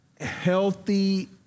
healthy